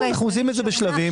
אנו עושים את זה בשלבים.